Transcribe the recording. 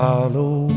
Follow